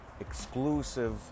exclusive